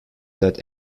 that